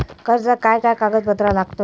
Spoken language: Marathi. कर्जाक काय काय कागदपत्रा लागतत?